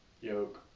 yoke